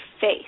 face